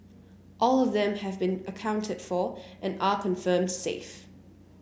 all of them have been accounted for and are confirmed safe